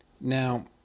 Now